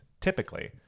typically